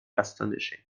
astonishing